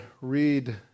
read